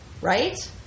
Right